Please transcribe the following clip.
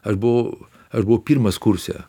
aš buvau aš buvau pirmas kurse